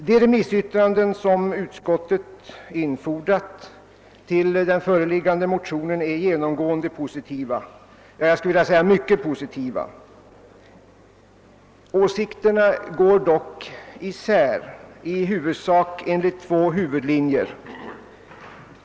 De remissyttranden som utskottet infordrat över den motion som nu behandlas är genomgående positiva, ja, jag vill säga mycket positiva. Åsikterna går dock isär efter i huvudsak två huvudlinjer.